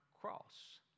cross